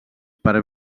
per